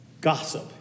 gossip